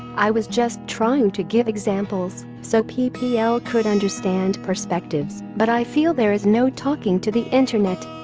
i was just trying to give examples so ppl could understand perspectives but i feel there is no talking to the internet.